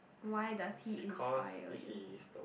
why does he inspire you